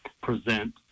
present